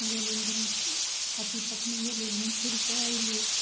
गेलहुँ दुनू पति पत्नी गेली घुमिफिरिके अएलहुँ